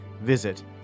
Visit